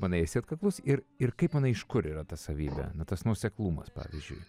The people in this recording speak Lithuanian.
manai esi atkaklus ir ir kaip manai iš kur yra ta savybė tas nuoseklumas pavyzdžiui